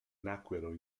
nacquero